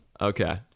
Okay